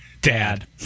dad